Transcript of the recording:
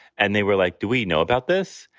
and they were like, do we know about this?